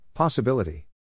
Possibility